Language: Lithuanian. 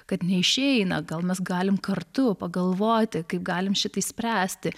kad neišeina gal mes galim kartu pagalvoti kaip galim šitą išspręsti